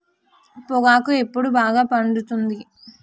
పొగాకు ఎప్పుడు బాగా పండుతుంది?